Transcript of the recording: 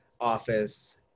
office